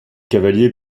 cavalier